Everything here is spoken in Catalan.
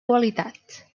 qualitat